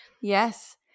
Yes